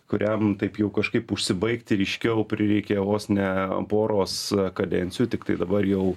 kuriam taip jau kažkaip užsibaigti ryškiau prireikė vos ne poros kadencijų tiktai dabar jau